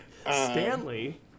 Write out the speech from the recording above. Stanley